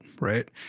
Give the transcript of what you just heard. right